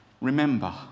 Remember